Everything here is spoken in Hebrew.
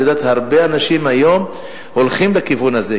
הרבה אנשים היום הולכים לכיוון הזה.